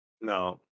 No